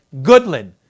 Goodland